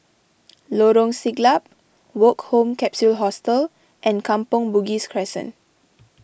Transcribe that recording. Lorong Siglap Woke Home Capsule Hostel and Kampong Bugis Crescent